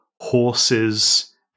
horses